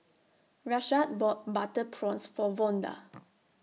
Rashad bought Butter Prawns For Vonda